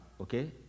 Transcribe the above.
Okay